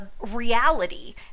reality